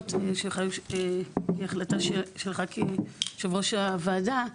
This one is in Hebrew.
הוועדות שהיו וכהחלטה שלך כיו"ר הוועדה,